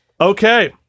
Okay